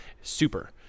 super